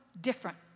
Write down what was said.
different